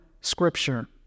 scripture